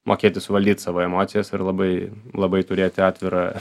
mokėti suvaldyt savo emocijas ir labai labai turėti atvirą